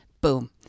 Boom